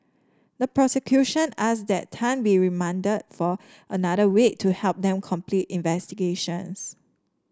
the prosecution asked that Tan be remanded for another week to help them complete investigations